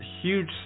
huge